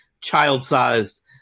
child-sized